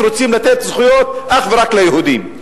רוצים לתת זכויות אך ורק ליהודים.